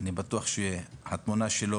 אני בטוח שהתמונה שלו